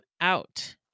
out